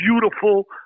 beautiful